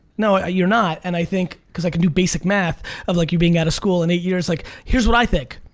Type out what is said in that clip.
no you're not and i think because i can do basic math of like you being out of school in eight years like here's what i think,